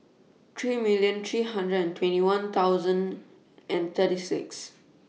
three million three hundred and twenty one thousand and thirty six